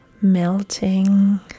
melting